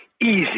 Easy